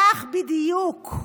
כך בדיוק,